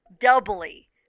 doubly